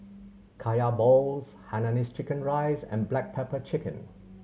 Kaya balls hainanese chicken rice and black pepper chicken